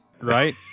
right